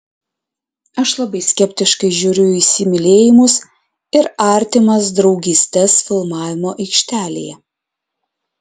aš labai skeptiškai žiūriu į įsimylėjimus ir artimas draugystes filmavimo aikštelėje